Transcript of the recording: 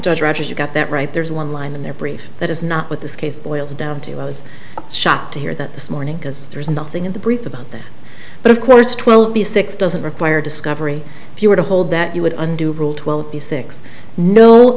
judge roger you got that right there's one line in their brief that is not what this case boils down to i was shocked to hear that this morning because there's nothing in the brief about that but of course twelve b six doesn't require discovery if you were to hold that you would undo rule twelve b six no